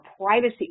privacy